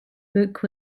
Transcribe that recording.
book